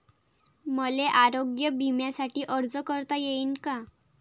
मले आरोग्य बिम्यासाठी अर्ज करता येईन का?